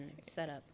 setup